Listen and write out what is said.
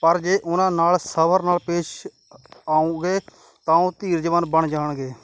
ਪਰ ਜੇ ਉਹਨਾਂ ਨਾਲ ਸਬਰ ਨਾਲ ਪੇਸ਼ ਆਓਗੇ ਤਾਂ ਉਹ ਧੀਰਜਵਾਨ ਬਣ ਜਾਣਗੇ